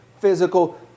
physical